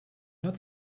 not